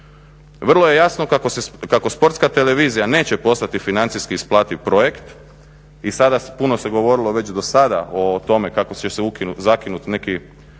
Vrlo je jasno kako Sportska televizija neće postati financijski isplativ projekt i sada, puno se govorili već do sada o tome kako će se ukinuti,